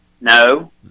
No